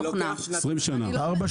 זה לוקח הרבה זמן.